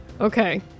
Okay